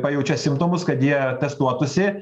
pajaučia simptomus kad jie testuotųsi